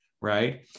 Right